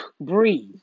Breathe